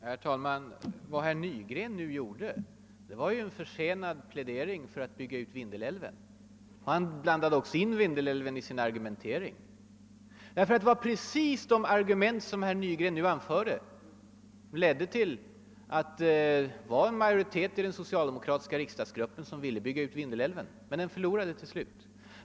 Herr talman! Vad herr Nygren nu gjorde innebar ju en försenad plädering för att bygga ut Vindelälven. Han blandade själv in Vindelälven i sin argumentering. Det var just de argument som herr Nygren nu anförde som delades av en majoritet inom den socialdemokratiska riksdagsgruppen som ville bygga ut Vindelälven. Men den förlorade till slut.